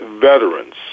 veterans